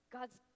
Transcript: God's